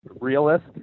realist